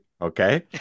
Okay